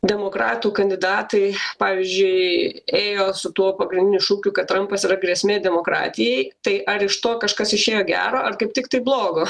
demokratų kandidatai pavyzdžiui ėjo su tuo pagrindiniu šūkiu kad trampas yra grėsmė demokratijai tai ar iš to kažkas išėjo gero ar kaip tiktai blogo